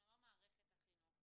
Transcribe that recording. אני אומר מערכת החינוך,